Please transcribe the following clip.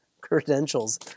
credentials